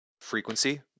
frequency